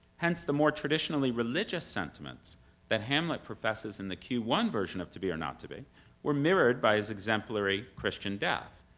hence the more traditionally religious sentiments that hamlet professes in the q one version of to be or not to be were mirrored by his exemplary christian death,